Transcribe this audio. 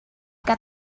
got